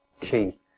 key